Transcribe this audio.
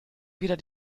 wieder